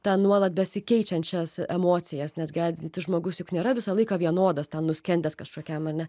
tą nuolat besikeičiančias emocijas nes gedintis žmogus juk nėra visą laiką vienodas ten nuskendęs kažkokiam ane